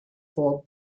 for